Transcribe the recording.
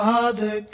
Father